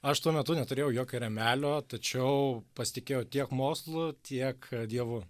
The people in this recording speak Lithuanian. aš tuo metu neturėjau jokio rėmelio tačiau pasitikėjau tiek mokslu tiek dievu